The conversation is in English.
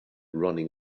running